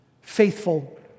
faithful